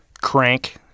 Crank